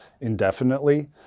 indefinitely